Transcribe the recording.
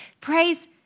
Praise